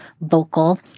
vocal